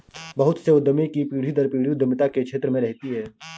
बहुत से उद्यमी की पीढ़ी दर पीढ़ी उद्यमिता के क्षेत्र में रहती है